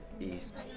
east